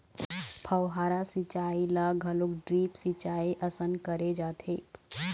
फव्हारा सिंचई ल घलोक ड्रिप सिंचई असन करे जाथे